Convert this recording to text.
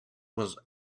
was